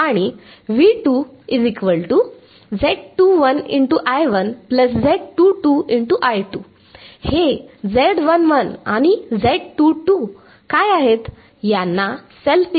यांना self impedance असे म्हटले जाईल बरोबर